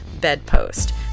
BEDPOST